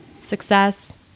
success